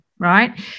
Right